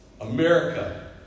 America